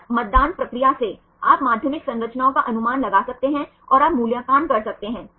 बस मतदान प्रक्रिया से आप माध्यमिक संरचनाओं का अनुमान लगा सकते हैं और आप मूल्यांकन कर सकते हैं